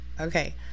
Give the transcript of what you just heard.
Okay